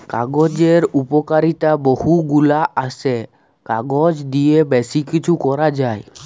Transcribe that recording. কাগজের উপকারিতা বহু গুলা আসে, কাগজ দিয়ে বেশি কিছু করা যায়